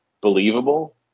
believable